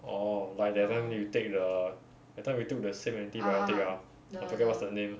orh like that time you take the that time we took the same antibiotic ah I forget what's the name